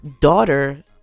daughter